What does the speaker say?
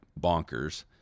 bonkers